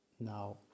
Now